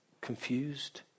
confused